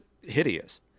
hideous